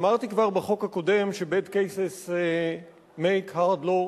אמרתי כבר בחוק הקודם ש-Bad cases make hard law.